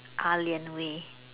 ah-lian way